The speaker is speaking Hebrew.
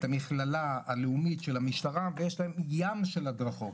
המכללה הלאומית של המשטרה ויש להם ים של הדרכות.